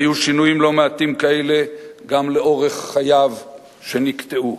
והיו שינויים לא מעטים כאלה גם לאורך חייו שנקטעו.